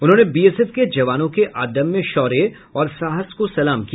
उन्होंने बीएसएफ के जवानों के अद्म्य शौर्य और साहस को सलाम किया